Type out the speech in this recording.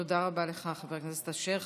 תודה רבה לך, חבר הכנסת אשר.